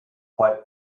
flight